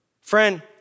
Friend